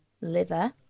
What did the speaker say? liver